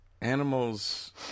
animals